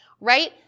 right